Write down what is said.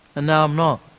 now i'm not.